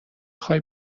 خوای